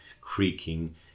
creaking